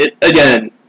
again